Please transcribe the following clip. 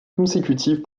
consécutives